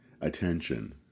attention